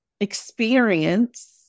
experience